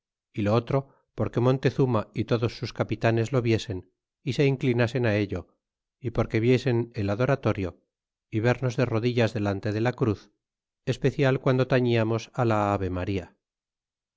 y lo otro porque montezuma y todos sus capitanes lo viesen y se inclinasen a ello y porque viesen el adoratorio y vernos de rodillas delante de la cruz especial guando taíliamos ú la